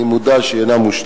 אני מודע לכך שהיא אינה מושלמת,